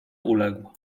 uległ